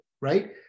right